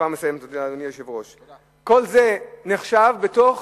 כל זה נחשב בתוך